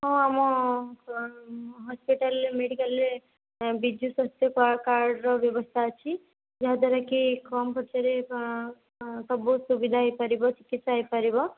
ହଁ ଆମ ହସ୍ପିଟାଲ୍ରେ ମେଡ଼ିକାଲ୍ରେ ବିଜୁ ସ୍ୱାସ୍ଥ୍ୟ କା କାର୍ଡ଼୍ର ବ୍ୟବସ୍ଥା ଅଛି ଯାହାଦ୍ଵାରାକି କମ ଖର୍ଚ୍ଚରେ ସ ସବୁ ସୁବିଧା ହେଇପାରିବ ଚିକିତ୍ସା ହେଇପାରିବ